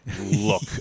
look